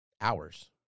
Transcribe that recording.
hours